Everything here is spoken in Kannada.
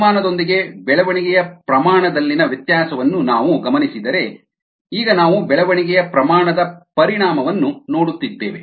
ತಾಪಮಾನದೊಂದಿಗೆ ಬೆಳವಣಿಗೆಯ ರೇಟ್ ನಲ್ಲಿನ ವ್ಯತ್ಯಾಸವನ್ನು ನಾವು ಗಮನಿಸಿದರೆ ಈಗ ನಾವು ಬೆಳವಣಿಗೆಯ ಪ್ರಮಾಣದ ಪರಿಣಾಮವನ್ನು ನೋಡುತ್ತಿದ್ದೇವೆ